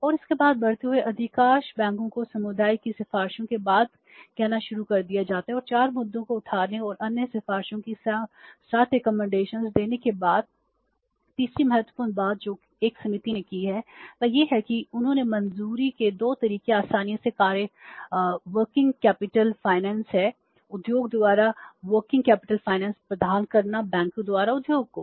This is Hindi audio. और उसके बाद भर्ती हुए अधिकांश बैंकों को समुदाय की सिफारिशों के बाद कहना शुरू कर दिया जाता है और 4 मुद्दों को उठाने और अन्य सिफारिशों को 7 सिफारिशें देने के बाद तीसरी महत्वपूर्ण बात जो एक समिति ने की है वह यह है कि उन्होंने मंजूरी के 2 तरीके आसानी से कार्यशील पूंजी वित्त प्रदान करना बैंकों द्वारा उद्योग को